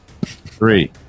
three